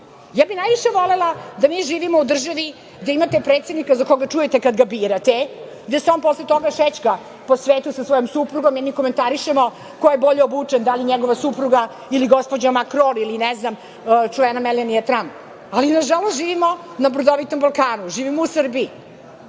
ja bih najviše volela da mi živimo u državi gde imate predsednika za koga čujete kad ga birate, gde se on posle toga šećka po svetu sa svojom suprugom i mi komentarišemo ko je bolje obučen da li njegova supruga ili gospođa Makron ili, ne znam, čuvena Melanija Tramp. Ali, nažalost, živimo na brdovitom Balkanu, živimo u Srbiji